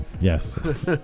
Yes